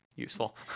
useful